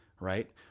right